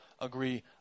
agree